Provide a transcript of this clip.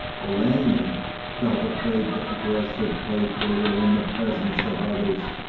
olenin felt afraid to address her playfully or in the presence of others.